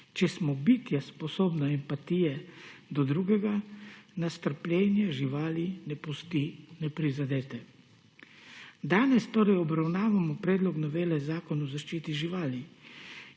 Če smo bitja sposobna empatije do drugega, nas trpljenje živali ne pusti neprizadete. Danes torej obravnavamo predlog novele Zakona o zaščiti živali,